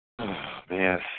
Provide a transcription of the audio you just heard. Man